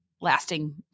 lasting